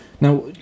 Now